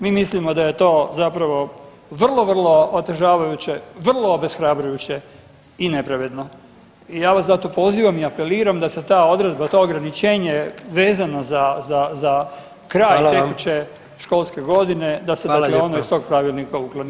Mi mislimo da je to zapravo vrlo vrlo otežavajuće, vrlo obeshrabrujuće i nepravedno i ja vas zato pozivam i apeliram da se ta odredba i to ograničenje vezano za kraj tekuće školske godine da se dakle ona iz toga pravilnika ukloni.